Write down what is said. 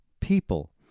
people